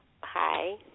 Hi